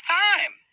time